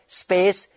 space